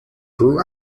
grew